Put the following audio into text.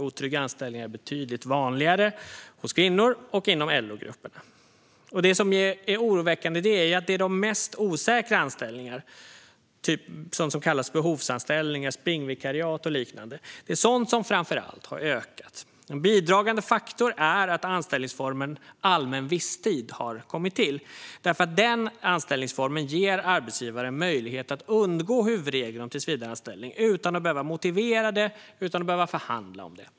Otrygga anställningar är betydligt vanligare bland kvinnor och inom LO-grupperna. Det som är oroväckande är att det framför allt är de mest osäkra anställningarna, sådant som kallas behovsanställningar, springvikariat och liknande, som har ökat. En bidragande faktor är att anställningsformen allmän visstid har kommit till. Den anställningsformen ger arbetsgivaren möjlighet att undgå huvudregeln om tillsvidareanställning utan att behöva motivera det och utan att behöva förhandla om det.